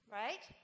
right